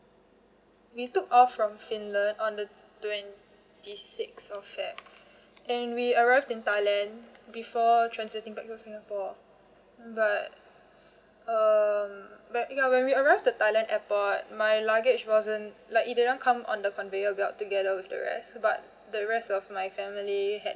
we took off from finland on the twenty six of feb and we arrived in thailand before transiting back to singapore but um but ya when we arrive the thailand airport my luggage wasn't like it didn't come on the conveyor belt together with the rest but the rest of my family had